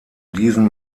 diesen